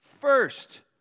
first